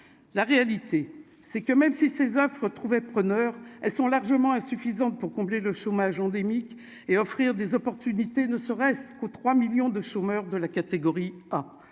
la réalité c'est que même si ces Oeuvres trouvé preneur, elles sont largement insuffisantes pour combler le chômage endémique et offrir des opportunités, ne serait-ce qu'que 3 millions de chômeurs de la catégorie à